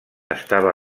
estava